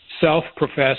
self-professed